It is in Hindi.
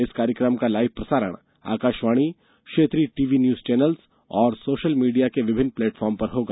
इस कार्यक्रम का लाइव प्रसारण आकाशवाणी क्षेत्रीय टीवी न्यूज चैनल्स और सोशल मीडिया के विभिन्न प्लेटफार्म पर होगा